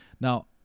Now